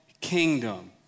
Kingdom